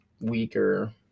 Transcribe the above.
weaker